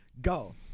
go